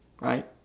right